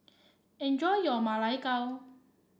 enjoy your Ma Lai Gao